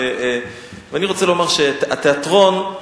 ואני רוצה לומר שהתיאטרון,